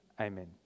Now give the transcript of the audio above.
Amen